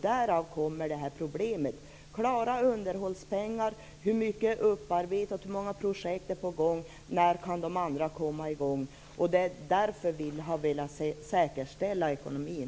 Därav kommer problemet. Klara underhållspengar. Hur mycket är upparbetat, hur många projekt är på gång, när kan de andra komma i gång? Det är därför vi har velat säkerställa ekonomin.